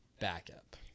backup